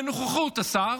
בנוכחות השר